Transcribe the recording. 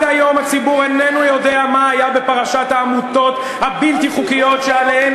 עד היום הציבור איננו יודע מה היה בפרשת העמותות הבלתי-חוקיות שעליהן,